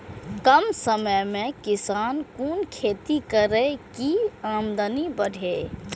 कम समय में किसान कुन खैती करै की आमदनी बढ़े?